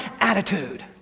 attitude